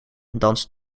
dansen